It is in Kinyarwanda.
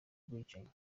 bwicanyi